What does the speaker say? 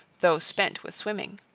though spent with swimming.